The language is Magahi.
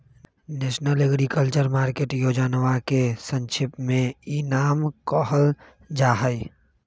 नेशनल एग्रीकल्चर मार्केट योजनवा के संक्षेप में ई नाम कहल जाहई